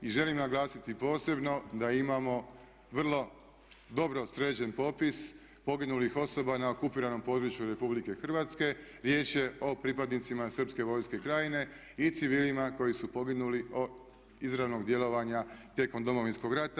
I želim naglasiti posebno da imamo vrlo dobro sređen popis poginulih osoba na okupiranom području Republike Hrvatske, riječ je o pripadnicima srpske vojske i Krajine i civilima koji su poginuli od izravnog djelovanja tijekom Domovinskog rata.